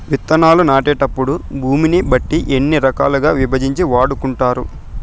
విత్తనాలు నాటేటప్పుడు భూమిని బట్టి ఎన్ని రకాలుగా విభజించి వాడుకుంటారు?